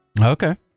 Okay